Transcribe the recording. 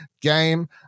game